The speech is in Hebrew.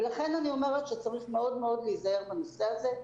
ולכן אני אומרת שצריך מאוד מאוד להיזהר בנושא הזה.